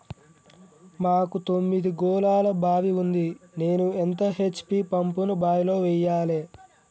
మాకు తొమ్మిది గోళాల బావి ఉంది నేను ఎంత హెచ్.పి పంపును బావిలో వెయ్యాలే?